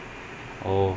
அதுனால:athunaala before